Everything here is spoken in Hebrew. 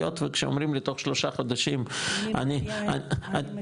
שאומרים לי תוך שלושה חודשים --- אני מציעה,